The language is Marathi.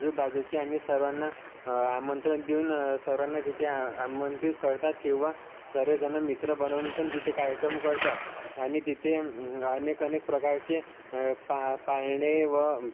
आजूबाजूच्या आणि सर्वांना आमंत्रण देऊन सर्वांना तिथे आ आमंत्रित करतात किंवा सर्वजण मित्र बनवून पण तिथे कार्यक्रम करतात आणि तिथे अनेक अनेक प्रकारचे पा पाळणे व